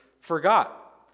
forgot